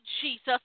Jesus